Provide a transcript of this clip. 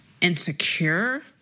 insecure